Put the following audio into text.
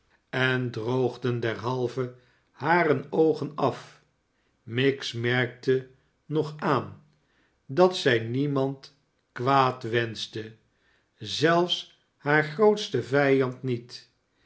en droogden derhalve hare oogen af miggs merkte nog aan dat zij niemand kwaad wenschte zelfs haar grootsten vijand niet